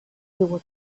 było